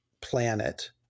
planet—